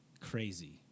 crazy